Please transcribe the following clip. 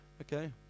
okay